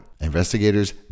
Investigators